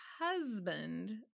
husband